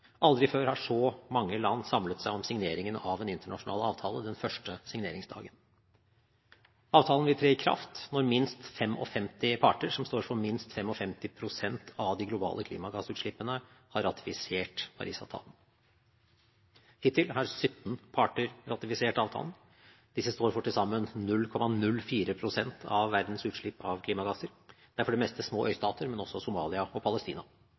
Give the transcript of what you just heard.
Aldri før har så mange land samlet seg om signeringen av en internasjonal avtale den første signeringsdagen. Avtalen vil tre i kraft når minst 55 parter som står for minst 55 pst. av de globale klimagassutslippene, har ratifisert Paris-avtalen. Hittil har 17 parter ratifisert avtalen. Disse står for til sammen 0,04 pst. av verdens utslipp av klimagasser. Det er for det meste små øystater, men også Somalia og Palestina.